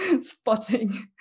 spotting